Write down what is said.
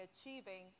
achieving